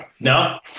No